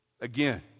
again